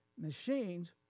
machines